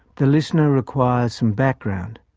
the listener requires some background.